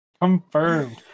Confirmed